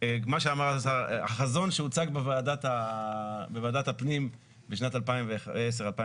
החזון שהוצג בוועדת הפנים בשנת 2011-2010